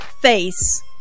face